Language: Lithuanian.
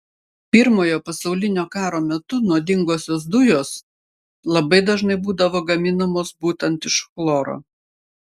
pirmojo pasaulinio karo metu nuodingosios dujos labai dažnai būdavo gaminamos būtent iš chloro